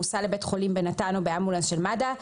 המוסע לבית חולים בנט"ן או באמבולנס של מד"א,